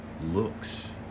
looks